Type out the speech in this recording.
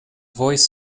voice